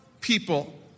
people